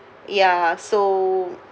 ya so